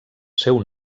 seu